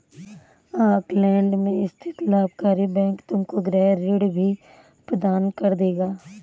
Auckland में स्थित लाभकारी बैंक तुमको गृह ऋण भी प्रदान कर देगा